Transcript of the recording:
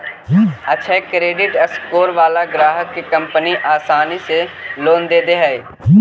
अक्षय credit score वाला ग्राहक के कंपनी आसानी से लोन दे दे हइ